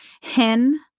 Hen